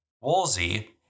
Wolsey